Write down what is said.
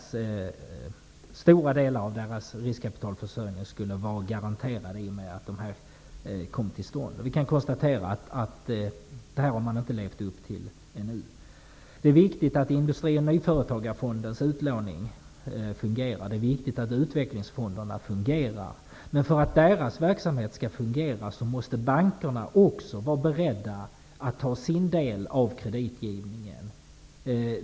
Stora delar av deras riskkapitalförsörjning skulle vara garanterad i och med att de här bolagen kom till stånd. Vi kan konstatera att man ännu inte har levt upp till detta. Det är viktigt att Industri och nyföretagarfondens utlåning fungerar, och det är viktigt att utvecklingsfonderna fungerar. Men för att verksamheten skall fungera måste bankerna också vara beredda att ta sin del av kreditgivningen.